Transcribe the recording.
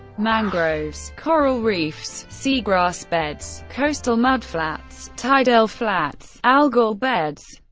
mangroves, coral reefs, seagrass beds, coastal mudflats, tidal flats, algal beds,